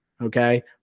okay